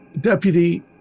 Deputy